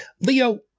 Leo